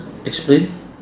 explain